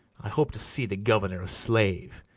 i hope to see the governor a slave,